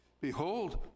Behold